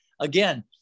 again